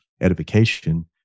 edification